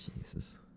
Jesus